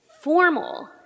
formal